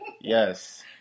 Yes